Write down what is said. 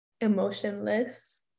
emotionless